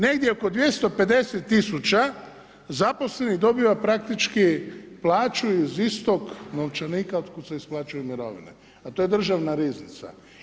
Negdje oko 250 tisuća zaposlenih dobiva praktički plaću iz istog novčanika otkuda se isplaćuju mirovine a to je državna riznica.